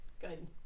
Good